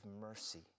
mercy